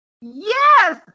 Yes